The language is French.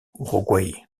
uruguay